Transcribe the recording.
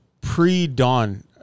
pre-dawn